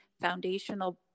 foundational